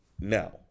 Now